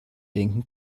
denken